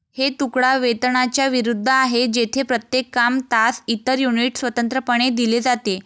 हे तुकडा वेतनाच्या विरुद्ध आहे, जेथे प्रत्येक काम, तास, इतर युनिट स्वतंत्रपणे दिले जाते